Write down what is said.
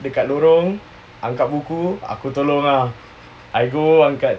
dekat lorong angkat buku aku tolong ah I go angkat